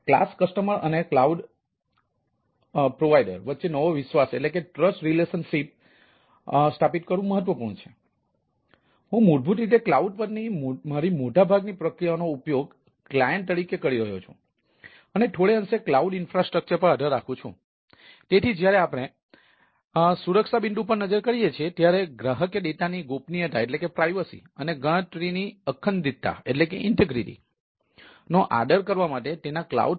class customer અને cloud પ્રદાતા નો આદર કરવા માટે તેના ક્લાઉડ પ્રદાતા પર આધાર રાખવો જોઈએ